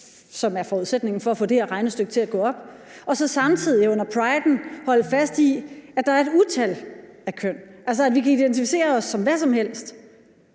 som er forudsætningen for at få det her regnestykke til at gå op, og så samtidig under priden holde fast i, at der er et utal af køn, altså at vi kan identificere os som hvad som helst.